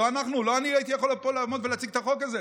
אני לא הייתי יכול לעמוד פה ולהציג את החוק הזה.